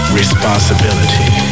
responsibility